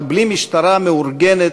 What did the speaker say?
אבל בלי משטרה מאורגנת,